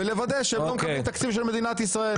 ולוודא שהם לא מקבלים תקציב של מדינת ישראל.